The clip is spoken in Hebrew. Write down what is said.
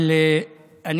שעמדתי בראשה.